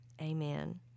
amen